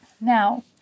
Now